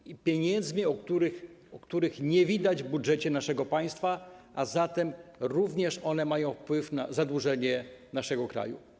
Chodzi o pieniądze, których nie widać w budżecie naszego państwa, a zatem również one mają wpływ na zadłużenie naszego kraju.